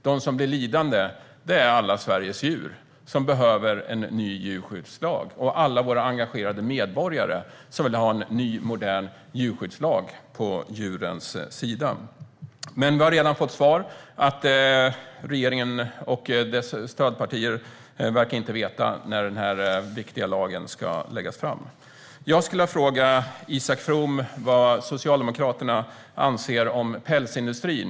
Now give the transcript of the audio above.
De som blir lidande är alla Sveriges djur som behöver en ny djurskyddslag och alla engagerade medborgare som står på djurens sida och som vill ha en ny djurskyddslag. Vi har redan fått svaret att regeringen och dess stödpartier inte verkar veta när den här viktiga lagen ska läggas fram. Jag vill fråga Isak From vad Socialdemokraterna anser om pälsindustrin.